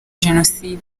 jenoside